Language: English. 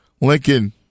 Lincoln